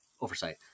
oversight